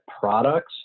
products